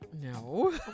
No